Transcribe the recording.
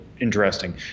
interesting